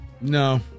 No